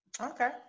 Okay